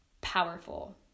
powerful